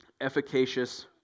efficacious